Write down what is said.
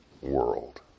world